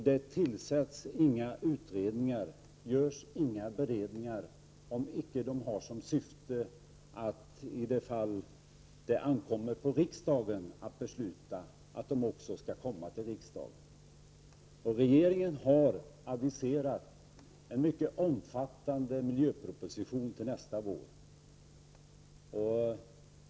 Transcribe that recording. Det tillsätts inga utredningar och görs inga beredningar om syftet icke är att det skall framläggas för riksdagen, därför att riksdagen skall fatta beslut. Regeringen har aviserat en mycket omfattande miljöproposition till nästa vår.